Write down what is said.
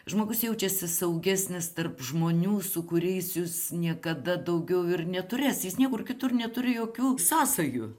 žmogus jaučiasi saugesnis tarp žmonių su kuriais jis niekada daugiau ir neturės jis niekur kitur neturi jokių sąsajų